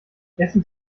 essen